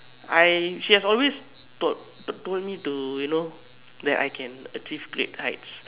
I she has always told told me to you know that I can achieve great heights